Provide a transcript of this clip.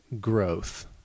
growth